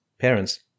parents